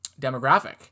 demographic